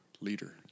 leader